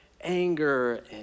anger